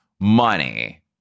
money